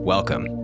Welcome